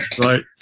right